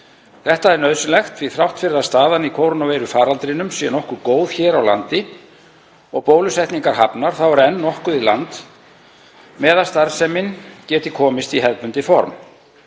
því að þrátt fyrir að staðan í kórónuveirufaraldrinum sé nokkuð góð hér á landi og bólusetningar hafnar er enn nokkuð í land með að starfsemin geti komist í hefðbundið form.